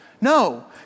No